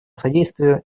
содействию